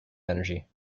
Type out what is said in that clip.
energy